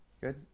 Good